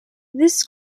this